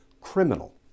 criminal